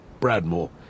Bradmore